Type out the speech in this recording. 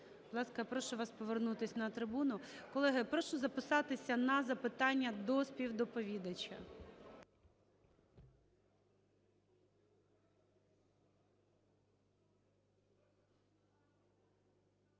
ласка, я прошу вас повернутись на трибуну. Колеги, я прошу записатися на запитання до співдоповідача.